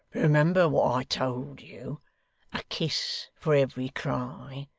remember what i told you a kiss for every cry.